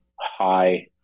high